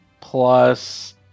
plus